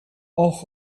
och